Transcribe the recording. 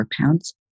pounds